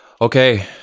Okay